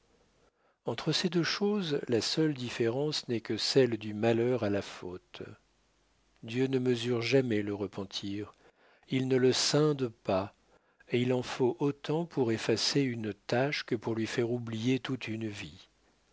entre ces deux choses la seule différence n'est que celle du malheur à la faute dieu ne mesure jamais le repentir il ne le scinde pas et il en faut autant pour effacer une tache que pour lui faire oublier toute une vie